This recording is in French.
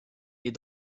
est